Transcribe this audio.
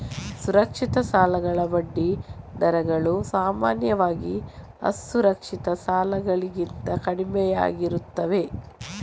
ಸುರಕ್ಷಿತ ಸಾಲಗಳ ಬಡ್ಡಿ ದರಗಳು ಸಾಮಾನ್ಯವಾಗಿ ಅಸುರಕ್ಷಿತ ಸಾಲಗಳಿಗಿಂತ ಕಡಿಮೆಯಿರುತ್ತವೆ